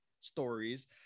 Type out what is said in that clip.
stories